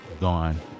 gone